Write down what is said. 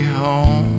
home